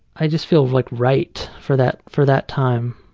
i just feel like right for that for that time.